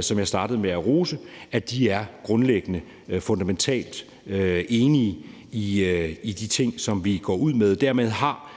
som jeg startede med at rose – grundlæggende set er fundamentalt enige i de ting, som vi går ud med.